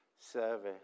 service